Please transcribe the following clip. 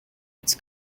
its